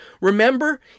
Remember